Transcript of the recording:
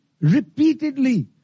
repeatedly